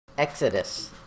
Exodus